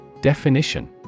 Definition